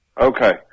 Okay